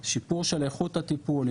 שיפור של איכות הטיפול,